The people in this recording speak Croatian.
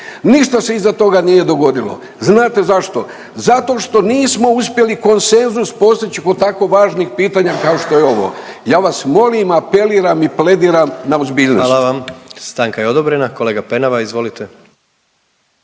ništa se iza toga nije dogodilo. Znate zašto? Zato što nismo uspjeli konsenzus postić kod tako važnih pitanja kao što je ovo. Ja vas molim, apeliram i plediram na ozbiljnost. **Jandroković, Gordan (HDZ)** Hvala vam. Stanka je odobrena. Kolega Penava izvolite.